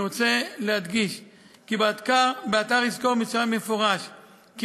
אני רוצה להדגיש כי באתר "יזכור" מצוין במפורש כי